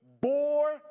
bore